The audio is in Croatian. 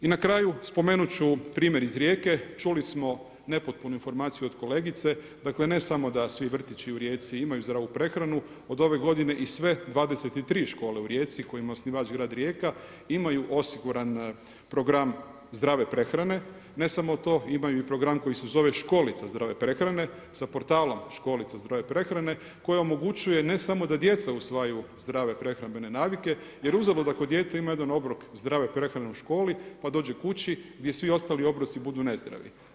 I na kraju spomenut ću primjer iz Rijeke, čuli smo nepotpunu informaciju od kolegice, dakle ne samo da svi vrtići u Rijeci imaju zdravu prehranu, od ove godine i sve 23 škole u Rijeci kojima je osnivač grad Rijeka, imaju osiguran program zdrave prehrane, ne samo to, imaju i program koji se zove školica zdrave prehrane sa portalom školica zdrave prehrane, koja omogućuju ne samo da djeca usvajaju zdrave prehrambene navike, jer uzalud ako dijete ima jedan obrok zdrave prehrane u školi, pa dođe kući, gdje svi ostali obroci budu nezdravi.